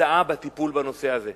משתהה בטיפול בנושא הזה.